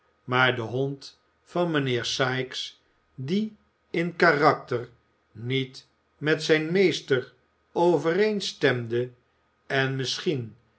maar de hond van mijnheer sikes die in karakter niet met zijn meester overeen stemde en misschien